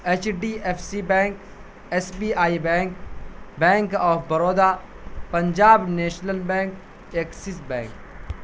H D F C bank S B I bank bank of Baroda Punjab national bank Axis bank